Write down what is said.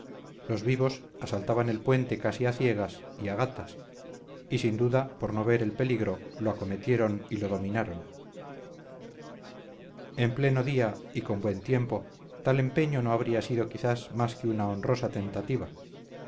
los vivos asaltaban el puente casi a ciegas y a gatas y sin duda por no ver el peligro lo acometieron y lo dominaron en pleno día y con buen tiempo tal empeño no habría sido quizás más que una honrosa tentativa